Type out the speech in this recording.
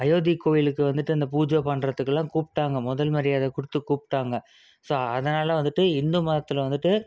அயோத்தி கோயிலுக்கு வந்துட்டு அந்த பூஜை பண்ணுறத்துக்குலாம் கூப்பிட்டாங்க முதல் மரியாதை கொடுத்து கூப்பிட்டாங்க ஸோ அதனால வந்துட்டு இந்து மதத்தில் வந்துட்டு